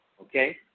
Okay